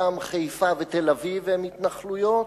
גם חיפה ותל-אביב הן התנחלויות.